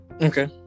okay